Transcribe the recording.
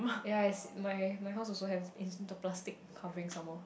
ya it's my my house also have it's the plastic covering some more